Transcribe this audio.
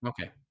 okay